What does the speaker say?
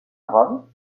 rome